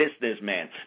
businessman